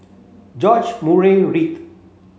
George Murray Reith